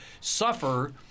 suffer